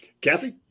kathy